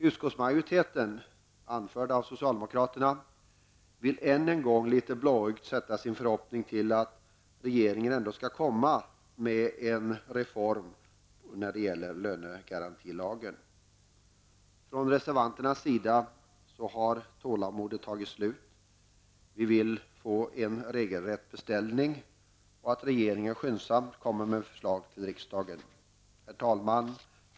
Utskottsmajoriteten, anförd av socialdemokraterna, vill än en gång litet blåögt sätta sin förhoppning till att regeringen ändå skall komma med en reform när det gäller lönegarantilagen. Hos reservanterna har tålamodet tagit slut. Vi vill få en regelrätt beställning och vill att regeringen skyndsamt kommer med förslag till riksdagen. Herr talman!